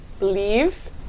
Leave